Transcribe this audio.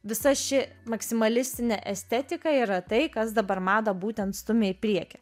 visa ši maksimalistinė estetika yra tai kas dabar madą būtent stumia į priekį